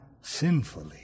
sinfully